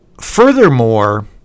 Furthermore